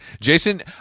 Jason